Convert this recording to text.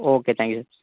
okay thank you